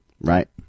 right